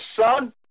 Son